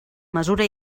mesura